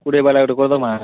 କୋଡ଼ିଏ ବାଲା ଗୋଟେ କରି ଦେବାଁ କାଁ